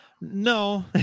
no